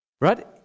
right